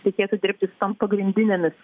reikėtų dirbti su tom pagrindinėmis